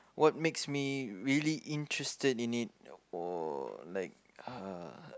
what makes me really interested in it or like uh